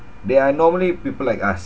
they are normally people like us